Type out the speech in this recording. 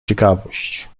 ciekawość